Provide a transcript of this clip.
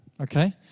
Okay